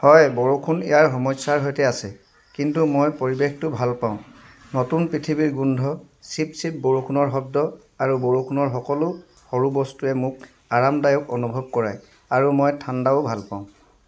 হয় বৰষুণ ইয়াৰ সমস্যাৰ সৈতে আহে কিন্তু মই পৰিৱেশটো ভাল পাওঁ নতুন পৃথিৱীৰ গোন্ধ চিপ চিপ বৰষুণৰ শব্দ আৰু বৰষুণৰ সকলো সৰু বস্তুৱে মোক আৰামদায়ক অনুভৱ কৰায় আৰু মই ঠাণ্ডাটোও ভাল পাওঁ